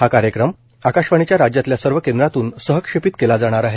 हा कार्यक्रम आकाशवाणीच्या राज्यातल्या सर्व केंद्रांतून सहक्षेपित केला जाणार आहे